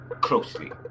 closely